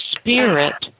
spirit